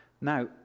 Now